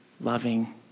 loving